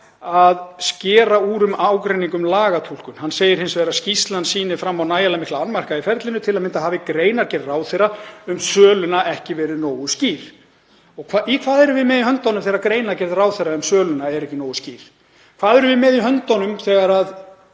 að skera úr um ágreining um lagatúlkun. Hann segir hins vegar að skýrslan sýni fram á nægilega mikla annmarka í ferlinu, til að mynda hafi greinargerð ráðherra um söluna ekki verið nógu skýr. Hvað erum við með í höndunum þegar greinargerð ráðherra um söluna er ekki nógu skýr? Hvað erum við með í höndunum þegar við